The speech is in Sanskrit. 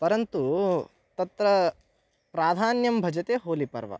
परन्तु तत्र प्राधान्यं भजते होलिपर्व